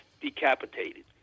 decapitated